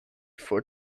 for